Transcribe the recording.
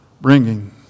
Bringing